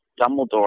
Dumbledore